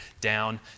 down